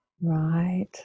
right